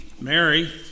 Mary